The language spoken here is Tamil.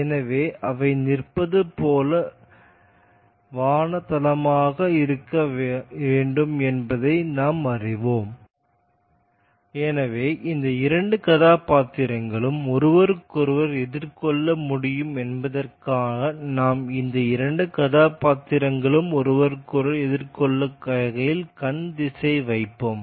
எனவே அவை நிற்கும் பொதுவான தளமாக இருக்க வேண்டும் என்பதை நாம் அறிவோம் எனவே இந்த இரண்டு கதாபாத்திரங்களும் ஒருவருக்கொருவர் எதிர்கொள்ள முடியும் என்பதற்காக நாம் இந்த இரண்டு கதாபாத்திரங்களும் ஒருவருக்கொருவர் எதிர்கொள்ளும் வகையில் கண் திசையை வைப்போம்